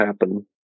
happen